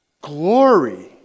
glory